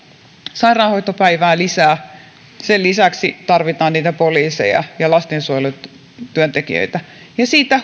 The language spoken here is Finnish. sairaanhoitopäivää lisää sen lisäksi tarvitaan niitä poliiseja ja lastensuojelutyöntekijöitä ja sitä että siitä